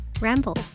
Ramble